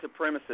supremacists